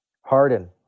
Harden